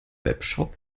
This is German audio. webshop